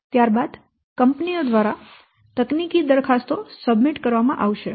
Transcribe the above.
ત્યારબાદ કંપનીઓ દ્વારા તકનીકી દરખાસ્તો સબમિટ કરવામાં આવશે